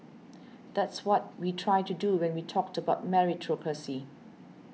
that's what we try to do when we talked about meritocracy